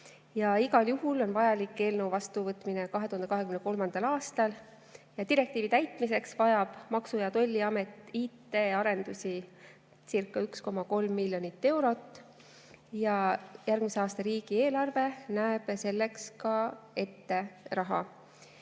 Igal juhul on vaja eelnõu vastu võtta 2023. aastal. Direktiivi täitmiseks vajab Maksu‑ ja Tolliamet IT‑arendusicirca1,3 miljonit euro eest ja järgmise aasta riigieelarve näeb selleks ette ka raha.